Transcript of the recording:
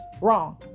wrong